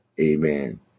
Amen